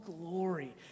glory